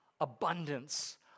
Abundance